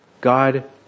God